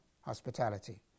hospitality